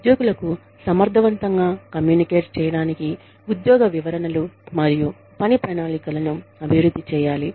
ఉద్యోగులకు సమర్థవంతంగా కమ్యూనికేట్ చేయడానికి ఉద్యోగ వివరణలు మరియు పని ప్రణాళికలను అభివృద్ధి చేయాలి